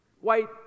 white